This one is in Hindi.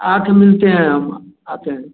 आकर मिलते हैं हम आते हैं